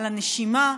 על הנשימה,